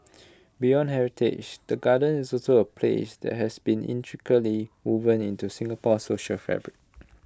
beyond heritage the gardens is also A place that has been intricately woven into Singapore's social fabric